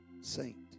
saint